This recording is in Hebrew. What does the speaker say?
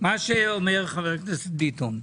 מה שאומר חבר הכנסת ביטון,